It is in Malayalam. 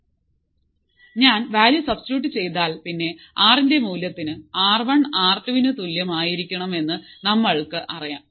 R 1 2 π fcC ഞാൻ ആർ ന് വാല്യൂ സബ്സ്റ്റിട്യൂട് ചെയ്താൽ പിന്നെ ആർ വൺ ആർ ടു വിനു തുല്യം ആയിരിക്കണമെന്ന് നമ്മൾക്ക് അറിയാം